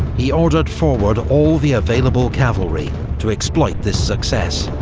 he ordered forward all the available cavalry to exploit this success.